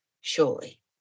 surely